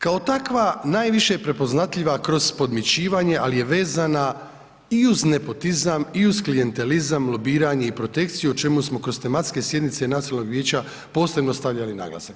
Kao takva, najviše prepoznatljiva kroz podmićivanja, ali je vezana uz nepotizam, uz klijentizam, lobiranje i protekciju, o čemu smo kroz tematske sjednice Nacionalnog vijeća, posebno stavili naglasak.